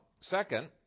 Second